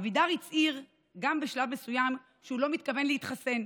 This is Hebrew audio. אבידר גם הצהיר בשלב מסוים שהוא לא מתכוון להתחסן,